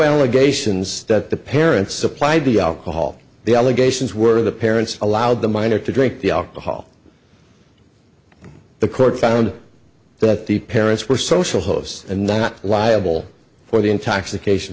allegations that the parents supplied the alcohol the allegations were the parents allowed the minor to drink the alcohol the court found that the parents were social hosts and not liable for the intoxication